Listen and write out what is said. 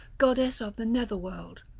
goddess of the nether world.